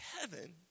heaven